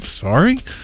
sorry